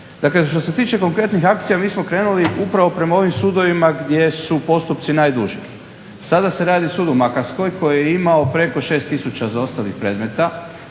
Dakle, što se tiče konkretnih akcija mi smo krenuli upravo prema ovim sudovima gdje su postupci najduži. Sada se rado sud u Makarskoj koji je imao preko 6000 zaostalih predmeta,